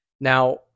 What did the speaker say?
Now